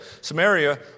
Samaria